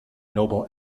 noble